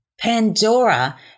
Pandora